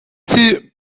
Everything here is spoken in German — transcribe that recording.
sie